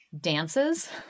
dances